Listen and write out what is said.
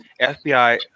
FBI